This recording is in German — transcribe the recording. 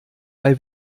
bei